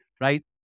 right